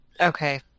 Okay